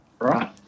Right